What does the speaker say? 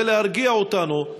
כדי להרגיע אותנו,